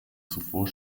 zuvor